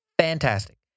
fantastic